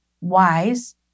wise